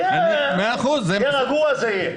תהיה רגע, זה יהיה.